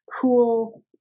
cool